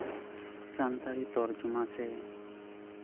ᱥᱟᱱᱛᱟᱲᱤ ᱛᱚᱨᱡᱚᱢᱟ ᱥᱮ